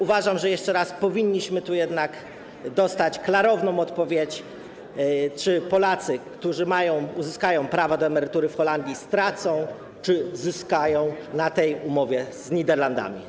Uważam, że jeszcze raz powinniśmy tu jednak dostać klarowną odpowiedź, czy Polacy, którzy mają, uzyskają prawa do emerytury w Holandii, stracą czy zyskają na tej umowie z Niderlandami.